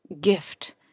gift